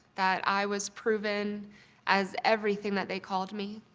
that i was proven as everything that they called me.